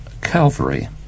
Calvary